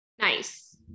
nice